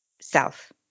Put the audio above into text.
self